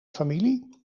familie